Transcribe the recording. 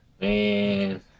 Man